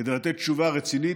כדי לתת תשובה רצינית,